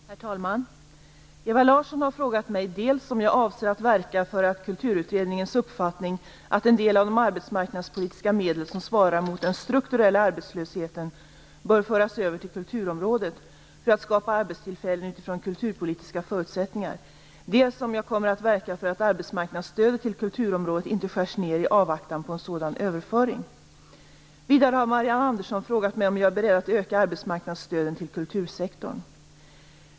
Herr talman! Ewa Larsson har frågat mig dels om jag avser att verka för att Kulturutredningens uppfattning att en del av de arbetsmarknadspolitiska medel som svarar mot den strukturella arbetslösheten bör föras över till kulturområdet för att skapa arbetstillfällen utifrån kulturpolitiska förutsättningar, dels om jag kommer att verka för att arbetsmarknadsstödet till kulturområdet inte skärs ned i avvaktan på en sådan överföring. Vidare har Marianne Andersson frågat mig om jag är beredd att öka arbetsmarknadsstöden till kultursektorn.